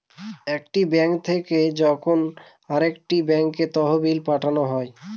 একটি ব্যাঙ্ক থেকে যখন আরেকটি ব্যাঙ্কে তহবিল পাঠানো হয়